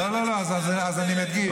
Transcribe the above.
לא מבין למה כתבו לו את זה ככה.